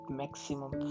maximum